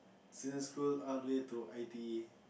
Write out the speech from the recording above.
secondary school all the way to I T E